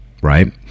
right